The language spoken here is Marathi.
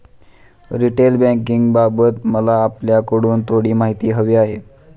रिटेल बँकिंगबाबत मला आपल्याकडून थोडी माहिती हवी आहे